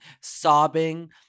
sobbing